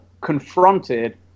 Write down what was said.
confronted